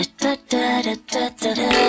Da-da-da-da-da-da